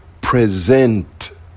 present